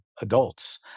adults